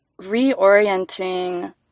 reorienting